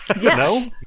Yes